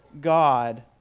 God